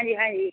ਹਾਂਜੀ ਹਾਂਜੀ